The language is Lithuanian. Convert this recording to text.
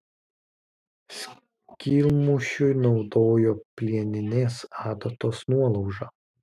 skylmušiui naudojo plieninės adatos nuolaužą